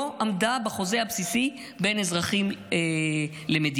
עמדה בחוזה הבסיסי בין אזרחים למדינה.